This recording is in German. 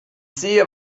sehe